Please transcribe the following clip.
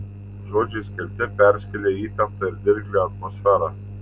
žodžiai skelte perskėlė įtemptą ir dirglią atmosferą